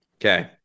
Okay